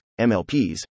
MLPs